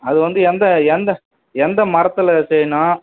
அது வந்து எந்த எந்த எந்த மரத்தில் செய்யணும்